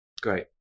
Great